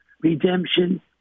redemption